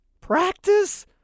Practice